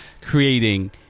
creating